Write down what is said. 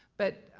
but